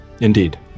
Indeed